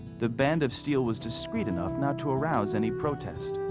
the band of steel was discreet enough not to arouse any protest.